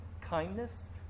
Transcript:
kindness